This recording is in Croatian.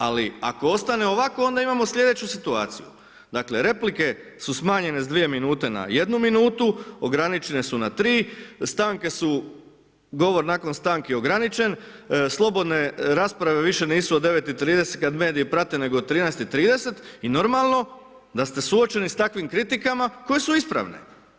Ali ako ostane ovako onda imamo sljedeću situaciju, dakle replike su smanjene s 2 minute na 1 minutu, ograničene su na 3, stanke su, govor nakon stanke je ograničen, slobodne rasprave više nisu od 9,30 kada mediji prate nego od 13,30 i normalno da ste suočeni s takvim kritikama koje su ispravne.